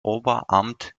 oberamt